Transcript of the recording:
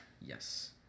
Yes